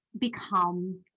become